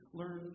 learn